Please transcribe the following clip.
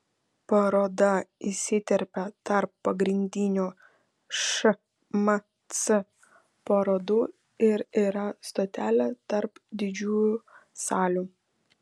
paroda įsiterpia tarp pagrindinių šmc parodų ir yra stotelė tarp didžiųjų salių